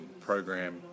program